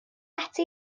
ati